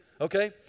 okay